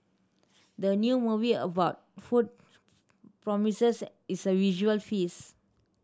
the new movie about food promises is a visual feast